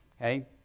Okay